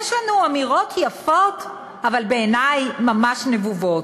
יש לנו אמירות יפות, אבל בעיני ממש נבובות: